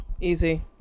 Easy